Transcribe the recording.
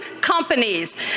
companies